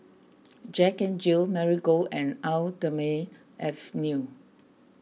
Jack N Jill Marigold and Eau thermale Avene